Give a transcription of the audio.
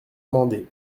mende